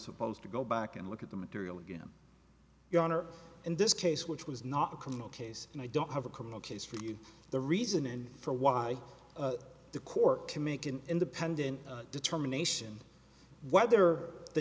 supposed to go back and look at the material again your honor in this case which was not a criminal case and i don't have a criminal case for you the reason and for why the court to make an independent determination whether the